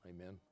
Amen